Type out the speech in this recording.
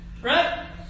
Right